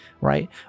right